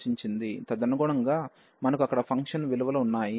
తదనుగుణంగా మనకు అక్కడ ఫంక్షన్ విలువలు ఉన్నాయి